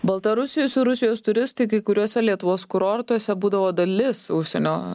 baltarusijos ir rusijos turistai kai kuriuose lietuvos kurortuose būdavo dalis užsienio